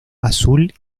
azul